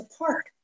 apart